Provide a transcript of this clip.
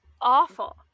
Awful